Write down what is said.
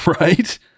right